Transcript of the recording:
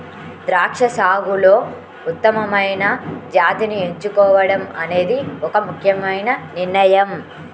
ద్రాక్ష సాగులో ఉత్తమమైన జాతిని ఎంచుకోవడం అనేది ఒక ముఖ్యమైన నిర్ణయం